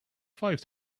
five